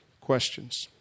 questions